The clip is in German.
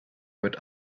wird